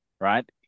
right